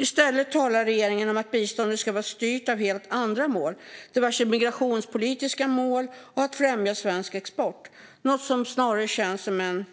I stället talar regeringen om att biståndet ska vara styrt av hela andra mål, som diverse migrationspolitiska mål och att främja svensk export. Det är något som snarare känns som en